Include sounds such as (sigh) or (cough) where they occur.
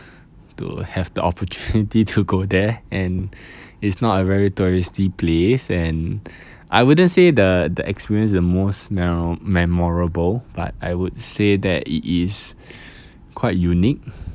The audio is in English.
to have the opportunity (laughs) to go there and it's not a very touristy place and I wouldn't say the the experience is the most memora~ memorable but I would say that it is quite unique